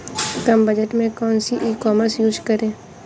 कम budget में कौन सी ई कॉमर्स यूज़ करें?